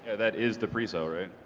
that is the pre-sell alright.